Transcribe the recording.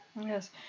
Yes